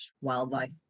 wildlife